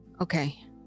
Okay